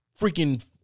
freaking